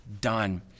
done